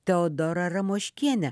teodorą ramoškienę